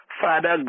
Father